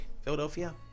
Philadelphia